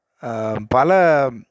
Pala